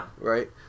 Right